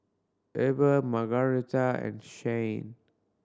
Eber Margaretta and Shayne